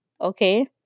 Okay